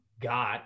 got